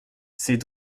c’est